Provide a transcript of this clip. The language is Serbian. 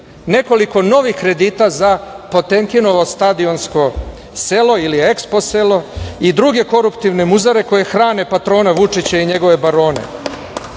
nekoliko novih kredita za Potenkinovo stadionsko selo ili EKSPO selo i druge koruptivne muzare koje hrane patrone Vučića i njegove barone.I